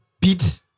beat